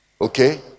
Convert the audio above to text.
okay